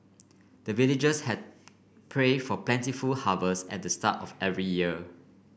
the villagers had pray for plentiful harvest at the start of every year